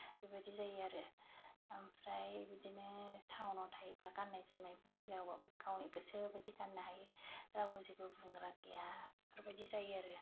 बेबायदि जायो आरो ओमफ्राय बिदिनो थाउनाव थायोब्ला गाननाय जोमनायनि बेलायावबो गावनि गोसो बायदि गाननो हायो रावबो जेबो बुंग्रा गैया बेफोरबायदि जायो आरो